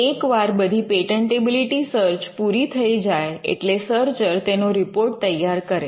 એકવાર બધી patentability search પૂરી થઈ જાય એટલે સર્ચર તેનો રિપોર્ટ તૈયાર કરે